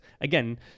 again